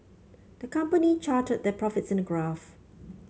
the company charted their profits in a graph